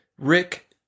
Rick